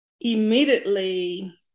immediately